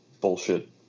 bullshit